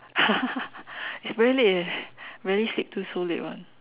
it's very late rarely sleep till so late [one]